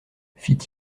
fit